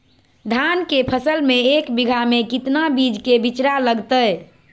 धान के फसल में एक बीघा में कितना बीज के बिचड़ा लगतय?